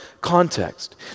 context